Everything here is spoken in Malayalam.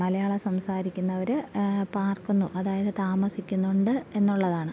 മലയാളം സംസാരിക്കുന്നവർ പാർക്കുന്നു അതായത് താമസിക്കുന്നുണ്ട് എന്നുള്ളതാണ്